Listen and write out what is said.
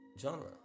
genre